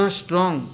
strong